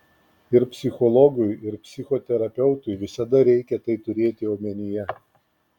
ir psichologui ir psichoterapeutui visada reikia tai turėti omenyje